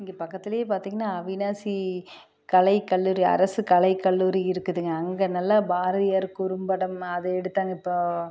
இங்கே பக்கத்துலேயே பார்த்திங்னா அவிநாசி கலை கல்லூரி அரசு கலை கல்லூரி இருக்குதுங்க அங்கே நல்லா பாரதியார் குறும்படம் அது எடுத்தாங்க இப்போது